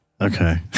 Okay